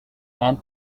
and